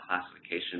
classification